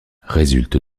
résulte